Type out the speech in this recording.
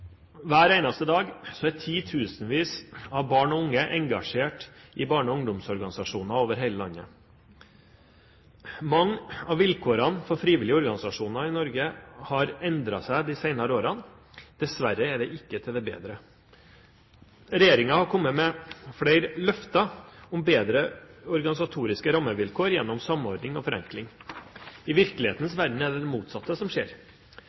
Hver eneste dag er titusenvis av barn og unge engasjert i barne- og ungdomsorganisasjoner over hele landet. Mange av vilkårene for frivillige organisasjoner i Norge har endret seg de senere årene. Dessverre er det ikke til det bedre. Regjeringen har kommet med flere løfter om bedre organisatoriske rammevilkår gjennom samordning og forenkling. I virkelighetens verden er det det motsatte som skjer.